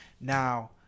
Now